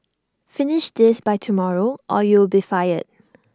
finish this by tomorrow or you will be fired